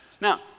Now